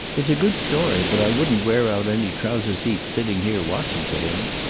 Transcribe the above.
it's a good story, but i wouldn't wear out any trouser-seats sitting here watching for him.